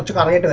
valeo